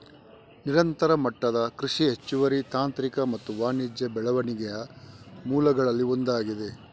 ನಿರಂತರ ಮಟ್ಟದ ಕೃಷಿ ಹೆಚ್ಚುವರಿ ತಾಂತ್ರಿಕ ಮತ್ತು ವಾಣಿಜ್ಯ ಬೆಳವಣಿಗೆಯ ಮೂಲಗಳಲ್ಲಿ ಒಂದಾಗಿದೆ